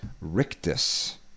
rictus